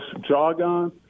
jargon